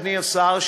אדוני השר,